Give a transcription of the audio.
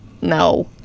No